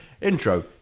Intro